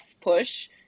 push